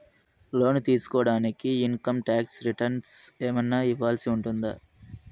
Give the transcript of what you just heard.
లోను తీసుకోడానికి income tax returns ఏమన్నా ఇవ్వాల్సి ఉంటుందా